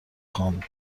خوام